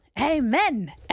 Amen